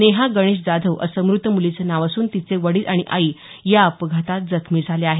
नेहा गणेश जाधव असं मृत मुलीचं नाव असून तिचे वडील आणि आई या अपघातात जखमी झाले आहेत